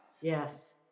Yes